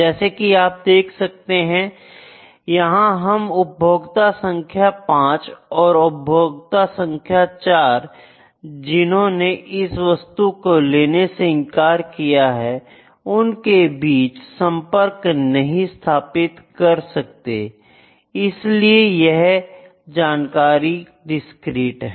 जैसे कि आप देख सकते हैं यहां हम उपभोक्ता संख्या 5 और उपभोक्ता संख्या 4 जिन्होंने इस वस्तु को लेने से इनकार किया है उनके बीच संपर्क नहीं स्थापित कर सकते हैं इसलिए यह जानकारी डिस्क्रीट है